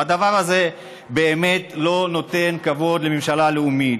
והדבר הזה באמת לא נותן כבוד לממשלה לאומית.